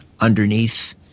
underneath